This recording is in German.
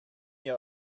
ihr